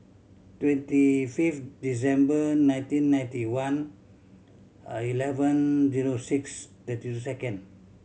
twenty fifth December nineteen ninety one eleven zero six thirty two second